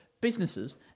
businesses